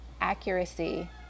accuracy